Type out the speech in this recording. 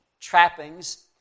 trappings